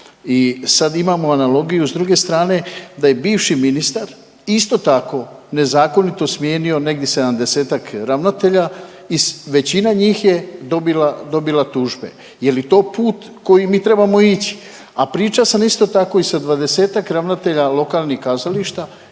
i sad imamo analogiju s druge strane da je bivši ministar isto tako nezakonito smijenio negdje 70-ak ravnatelja i većina njih je dobila tužbe. Je li to put kojim mi trebamo ići? A pričao sam isto tako i sa 20-ak ravnatelja lokalnih kazališta